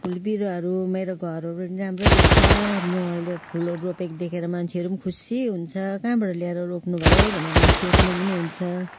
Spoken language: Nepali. फुल बिरुवाहरू मेरो घरहरू नि राम्रो देख्छ म अहिले फुलहरू रोपेको देखेर मान्छेहरू पनि खुसी हुन्छ कहाँबाट ल्याएर रोप्नुभयो भनेर पनि सोध्नु पनि हुन्छ